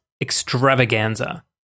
extravaganza